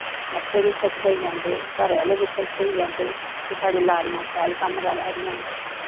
बच्चे बी खुश होई जंदे घरै आह्ले बी खुश होई जंदे कि साढ़ी लाड़ियां शाल कम्म करा दियां